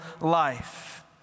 life